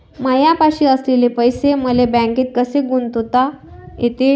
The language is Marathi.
मायापाशी असलेले पैसे मले बँकेत कसे गुंतोता येते?